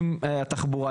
עם התחבורה,